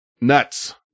Nuts